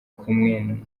kumwe